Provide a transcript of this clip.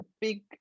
big